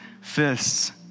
fists